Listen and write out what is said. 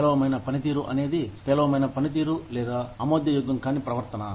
పేలవమైన పనితీరు అనేది పేలవమైన పనితీరు లేదా ఆమోదయోగ్యం కాని ప్రవర్తన